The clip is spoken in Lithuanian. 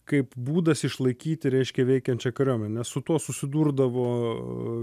kaip būdas išlaikyti reiškia veikiančią kariuomenę su tuo susidurdavo